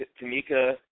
Tamika